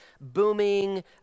booming